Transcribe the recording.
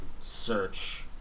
search